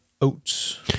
oats